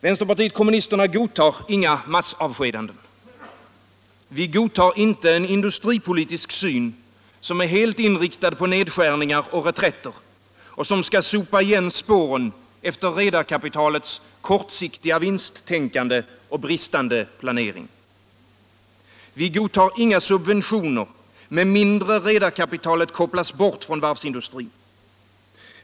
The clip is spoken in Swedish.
Vänsterpartiet kommunisterna godtar inga massavskedanden. Vi godtar inte en industripolitisk syn som helt är inriktad på nedskärningar och reträtter och som skall sopa igen spåren efter redarkapitalets kortsiktiga vinsttänkande och bristande planering. Vi godtar inga subventioner, med mindre redarkapitalet kopplas bort från varvsindustrin.